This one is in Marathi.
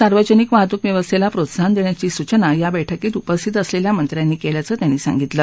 सार्वजनिक वाहतूक व्यवस्थेला प्रोत्साहन देण्याची सूचना या बैठकीत उपस्थित असलेल्या मंत्र्यांनी केल्याचं ते म्हणाले